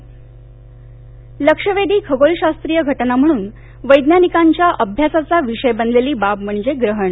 voice cast ग्रहण लक्षवेधी खगोलशास्त्रीय घटना म्हणून वैज्ञानिकांच्या अभ्यासाचा विषय बनलेली बाब म्हणजे ग्रहण